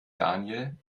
daniel